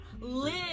live